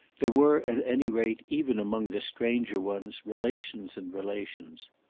there were at any rate even among the stranger ones relations and relations.